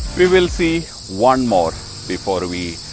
we will see one more before we